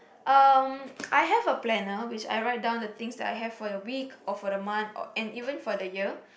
um I have a planner which I write down the things I have for the week or for the month or and even for the year